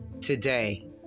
today